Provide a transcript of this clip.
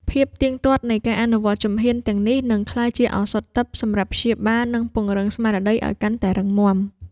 ភាពទៀងទាត់នៃការអនុវត្តជំហានទាំងនេះ នឹងក្លាយជាឱសថទិព្វសម្រាប់ព្យាបាល និងពង្រឹងស្មារតីឱ្យកាន់តែរឹងមាំ។